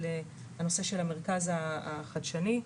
של הנושא של המרכז החדשני.